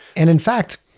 and in fact,